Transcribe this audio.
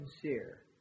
sincere